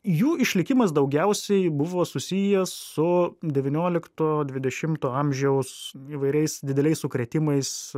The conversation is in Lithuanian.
jų išlikimas daugiausiai buvo susijęs su devyniolikto dvidešimto amžiaus įvairiais dideliais sukrėtimais